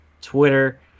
twitter